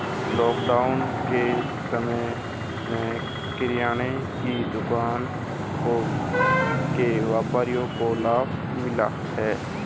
lockdown के समय में किराने की दुकान के व्यापारियों को लाभ मिला है